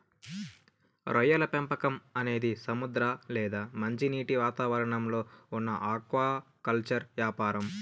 రొయ్యల పెంపకం అనేది సముద్ర లేదా మంచినీటి వాతావరణంలో ఉన్న ఆక్వాకల్చర్ యాపారం